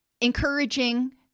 encouraging